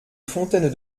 fontaine